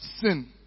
sin